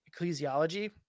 ecclesiology